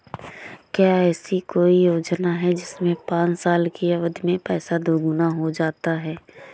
क्या ऐसी कोई योजना है जिसमें पाँच साल की अवधि में पैसा दोगुना हो जाता है?